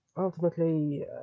Ultimately